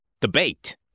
debate